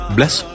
Bless